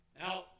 Now